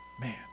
man